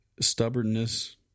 stubbornness